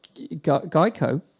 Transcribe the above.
Geico